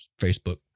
Facebook